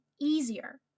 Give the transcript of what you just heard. easier